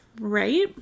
Right